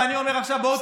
ואני אומר עכשיו: בואו,